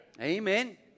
Amen